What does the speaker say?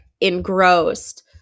engrossed